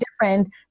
different